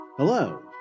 Hello